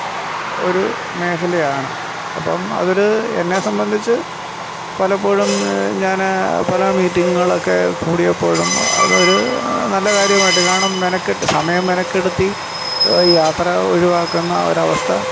ഒരു മേഘലയാണ് അപ്പം അതിൽ എന്നെ സംബന്ധിച്ച് പലപ്പോഴും ഞാൻ പല മീറ്റിംഗ്കളൊക്കെ കൂടിയപ്പോഴും അതൊരു നല്ല കാര്യമായിട്ട് കാരണം മെനക്കെട്ട് സമയം മെനക്കെടുത്തി യാത്ര ഒഴിവാക്കുന്ന ഒരു അവസ്ഥ